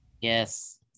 Yes